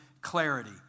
Clarity